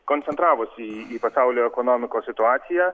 koncentravosi į į pasaulio ekonomikos situaciją